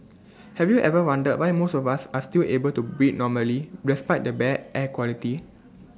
have you ever wondered why most of us are still able to breathe normally despite the bad air quality